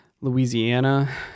Louisiana